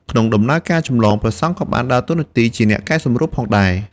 ក្នុងដំណើរការចម្លង ព្រះសង្ឃក៏បានដើរតួជាអ្នកកែសម្រួលផងដែរ។